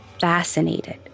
fascinated